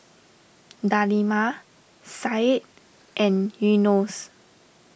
Delima Said and Yunos